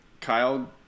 Kyle